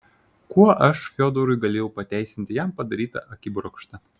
kuo aš fiodorui galėjau pateisinti jam padarytą akibrokštą